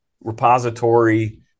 repository